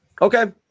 Okay